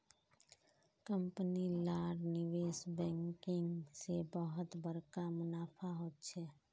company लार निवेश banking से बहुत बड़का मुनाफा होचे